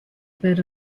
bit